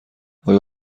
آیا